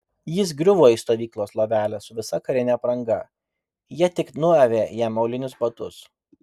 jis griuvo į stovyklos lovelę su visa karine apranga jie tik nuavė jam aulinius batus